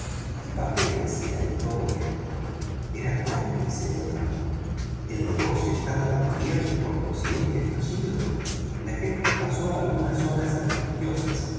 qué papel hacía en todo esto era cómplice o no el negocio estaba descubierto y por consiguiente fallido el agente pasó algunas horas angustiosas